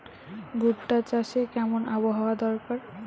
ভুট্টা চাষে কেমন আবহাওয়া দরকার?